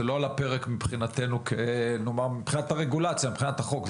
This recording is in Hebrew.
הפרק מבחינת הרגולציה, מבחינת החוק.